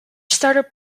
started